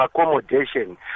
accommodation